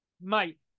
Mate